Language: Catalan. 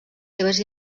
seves